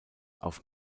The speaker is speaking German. auf